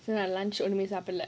then my lunch only சாப்பிடல:saapdidala